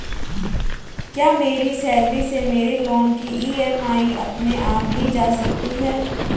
क्या मेरी सैलरी से मेरे लोंन की ई.एम.आई अपने आप ली जा सकती है?